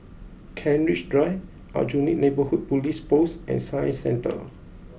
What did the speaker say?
Kent Ridge Drive Aljunied Neighbourhood Police Post and Science Centre